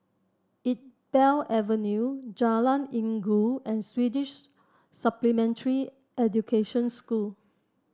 Iqbal Avenue Jalan Inggu and Swedish Supplementary Education School